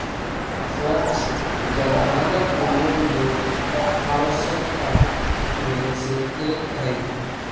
स्वच्छ जल मानव के मूलभूत आवश्यकता में से एक हई